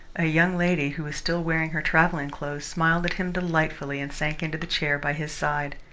a young lady who was still wearing her travelling clothes smiled at him delightfully and sank into the chair by his side.